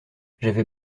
j’avais